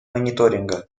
мониторинга